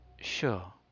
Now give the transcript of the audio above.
Sure